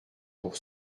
pour